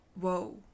whoa